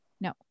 no